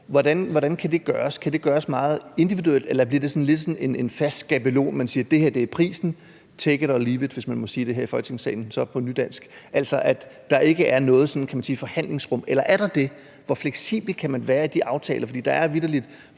modtage? Kan det gøres meget individuelt, eller bliver det lidt sådan en fast skabelon, hvor man siger, at det her er prisen, take it or leave it, hvis man må sige det her i Folketingssalen, men som sagt på nydansk betyder, at der ikke er noget forhandlingsrum? Eller er der det? Hvor fleksibel kan man være i de aftaler?